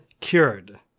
cured